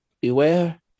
beware